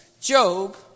Job